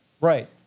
Right